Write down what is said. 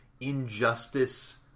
injustice